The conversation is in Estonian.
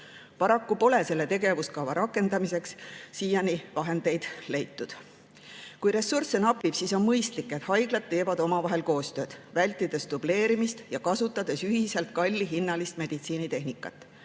Paraku pole selle tegevuskava rakendamiseks siiani vahendeid leitud. Kui ressursse napib, siis on mõistlik, et haiglad teevad omavahel koostööd, vältides dubleerimist ja kasutades ühiselt kallihinnalist meditsiinitehnikat.